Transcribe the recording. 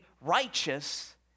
righteous